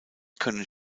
können